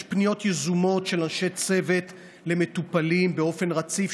יש פניות יזומות של אנשי צוות למטופלים באופן רציף,